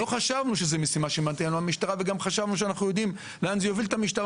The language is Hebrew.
לא חשבנו שזו משימה שמתאימה למשטרה וגם חשבנו לאן זה יוביל את המשטרה,